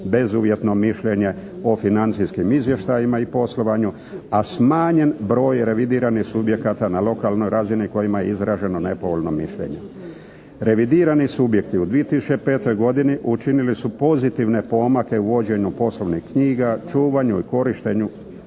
bezuvjetno mišljenje o financijskim izvještajima i poslovanju, a smanjen broj revidiranih subjekata na lokalnoj razini kojima je izraženo nepovoljno mišljenje. Revidirani subjekti u 2005. godini učinili su pozitivne pomake u vođenju poslovnih knjiga, čuvanju i korištenju